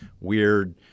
weird